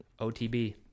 OTB